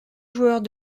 joueurs